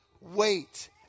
wait